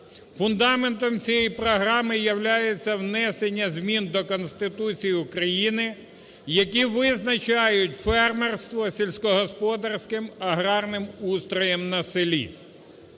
Фундаментом цієї програми являється внесення змін до Конституції України, які визначають фермерство сільськогосподарським аграрним устроєм на селі.